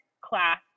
class